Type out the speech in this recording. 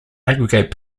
aggregate